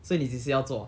所以你几时要做